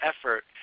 effort